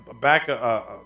back